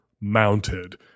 mounted